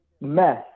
mess